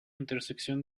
intersección